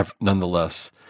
nonetheless